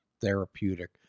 therapeutic